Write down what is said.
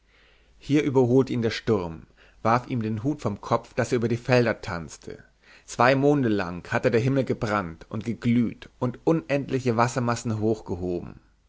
hier überholte ihn der sturm warf ihm den hut vom kopf daß er über die felder tanzte zwei monde lang hatte der himmel gebrannt und geglüht und unendliche wassermassen hochgehoben